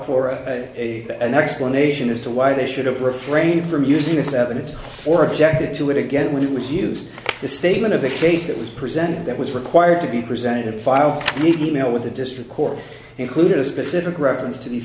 for an explanation as to why they should have or ranged from using this evidence or objected to it again when it was used the statement of the case that was presented that was required to be present and file the email with the district court included a specific reference to these